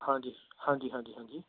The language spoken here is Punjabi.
ਹਾਂਜੀ ਹਾਂਜੀ ਹਾਂਜੀ ਹਾਂਜੀ